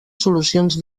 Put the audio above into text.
solucions